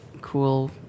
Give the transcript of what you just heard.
cool